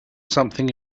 something